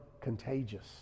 contagious